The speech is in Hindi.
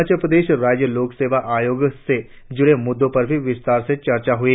अरुणाचल प्रदेश राज्य लोक सेवा आयोग से जुड़े मुद्दों पर विस्तार से चर्चा हुई